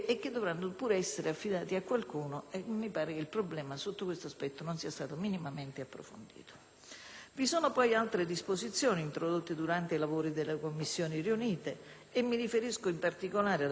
Vi sono poi altre disposizioni introdotte durante i lavori delle Commissioni riunite e mi riferisco in particolare ad alcune proposte di carattere costruttivo del Partito Democratico che sono state accolte dalla maggioranza,